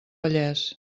vallès